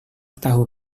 tahu